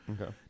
Okay